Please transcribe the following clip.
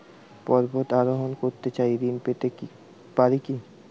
পর্বত আরোহণ করতে চাই ঋণ পেতে পারে কি?